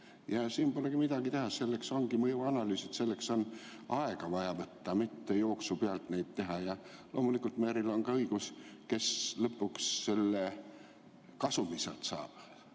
Siin polegi midagi teha, selleks ongi mõjuanalüüsid, selleks on vaja aega võtta, mitte jooksu pealt neid asju teha. Loomulikult, Merryl on ka õigus, et kes lõpuks selle kasumi sealt saab.